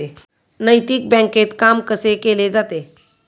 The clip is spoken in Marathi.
नैतिक बँकेत काम कसे केले जाते?